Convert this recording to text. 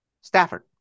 Stafford